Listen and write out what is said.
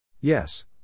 Yes